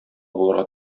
булырга